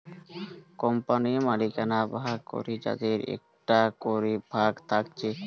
কোম্পানির মালিকানা ভাগ করে যাদের একটা করে ভাগ থাকছে